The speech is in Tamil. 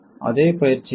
அதே பயிற்சியை 5